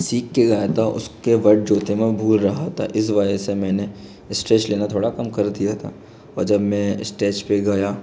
सिख के गया था उसके वर्ड जो थे वो मैं भूल रहा था इस वजह से मैंने स्ट्रेस लेना थोड़ा कम कर दिया था और जब मैं स्टेज पर गया